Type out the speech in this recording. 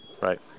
Right